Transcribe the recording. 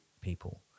people